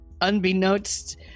unbeknownst